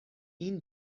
این